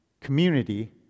Community